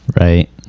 Right